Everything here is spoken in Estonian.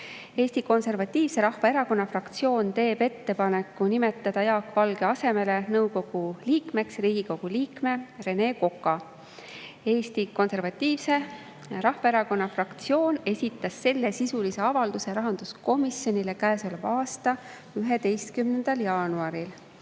Eesti Konservatiivse Rahvaerakonna fraktsioon teeb ettepaneku nimetada Jaak Valge asemele nõukogu liikmeks Riigikogu liikme Rene Koka. Eesti Konservatiivse Rahvaerakonna fraktsioon esitas sellesisulise avalduse rahanduskomisjonile käesoleva aasta 11. jaanuaril. Rene